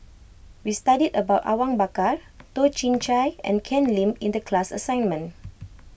we studied about Awang Bakar Toh Chin Chye and Ken Lim in the class assignment